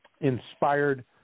inspired